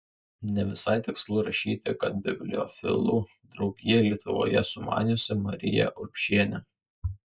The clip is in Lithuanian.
ne visai tikslu rašyti kad bibliofilų draugiją lietuvoje sumaniusi marija urbšienė